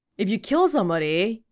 if you kill somebody,